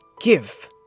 Give